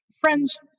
Friends